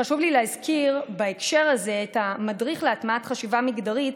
חשוב לי להזכיר בהקשר הזה את המדריך להטמעת חשיבה מגדרית,